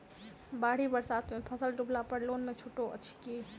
बाढ़ि बरसातमे फसल डुबला पर लोनमे छुटो अछि की